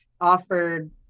offered